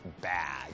bad